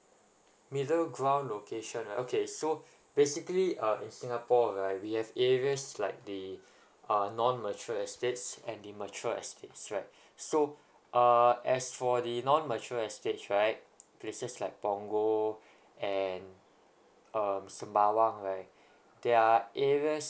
middle ground location right okay so basically err in singapore right we have areas like the err non mature estates and the mature estates right so err as for the non mature estates right places like punggol and um sembawang right their areas